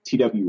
TWA